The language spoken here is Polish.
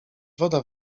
woda